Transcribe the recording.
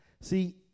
See